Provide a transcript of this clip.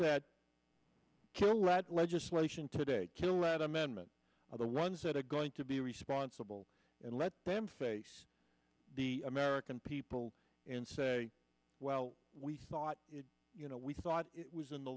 that kill a lot legislation today can lead amendment other ones that are going to be responsible and let them face the american people and say well we thought you know we thought it was in the